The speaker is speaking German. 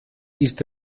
ist